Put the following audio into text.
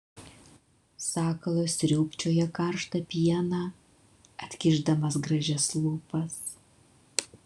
sakalas sriūbčioja karštą pieną atkišdamas gražias lūpas